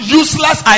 useless